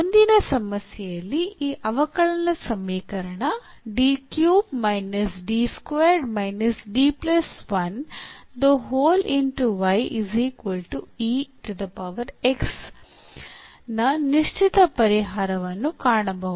ಮುಂದಿನ ಸಮಸ್ಯೆಯಲ್ಲಿ ಈ ಅವಕಲನ ಸಮೀಕರಣ ದ ನಿಶ್ಚಿತ ಪರಿಹಾರವನ್ನು ಕಾಣಬಹುದು